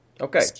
Okay